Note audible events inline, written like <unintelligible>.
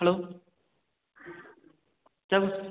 hello <unintelligible>